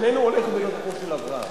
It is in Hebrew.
הוא ניתוק שאיננו הולך בדרכו של אברהם.